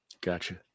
Gotcha